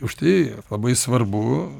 už tai labai svarbu